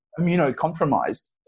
immunocompromised